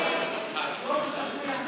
אדוני ראש הממשלה,